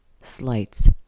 slights